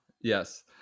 Yes